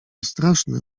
straszne